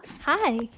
Hi